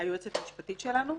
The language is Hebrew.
והיועצת המשפטית שלנו,